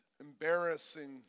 embarrassing